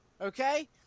Okay